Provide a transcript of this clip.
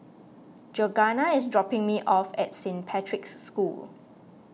Georganna is dropping me off at Saint Patrick's School